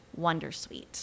wondersuite